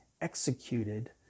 executed